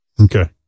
Okay